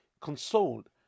consoled